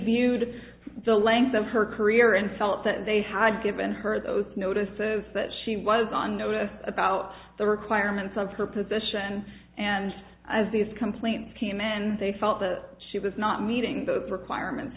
viewed the length of her career and felt that they had given her those notices that she was on notice about the requirements of her position and as these complaints came in they felt that she was not meeting the requirements